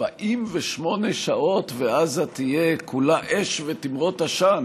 48 שעות ועזה תהיה כולה אש ותמרות עשן,